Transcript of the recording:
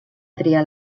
triar